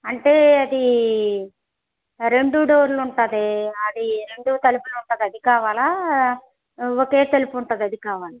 అంటే అది రెండు డోర్లు ఉంటుంది అది రెండు తలుపులు ఉంటుంది అది కావాలా ఒకే తలుపు ఉంటుంది అది కావాలా